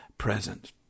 present